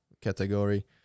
category